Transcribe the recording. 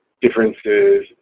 differences